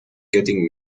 getting